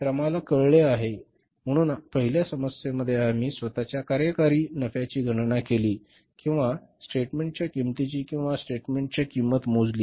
तर आम्हाला कळले आहे म्हणून पहिल्या समस्येमध्ये आम्ही स्वतःच्या कार्यकारी नफ्याची गणना केली किंवा स्टेटमेंटच्या किंमतीची किंवा स्टेटमेंटची किंमत मोजली